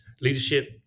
leadership